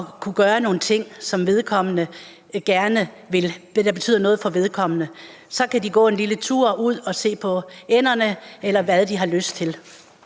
kunne gøre nogle ting, som vedkommende gerne vil, og som betyder noget for vedkommende. Så kan man gå en lille tur ud at se på ænderne, eller hvad man har lyst til.